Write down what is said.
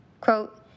Quote